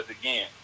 again